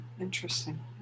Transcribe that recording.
Interesting